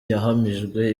yahamijwe